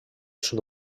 sud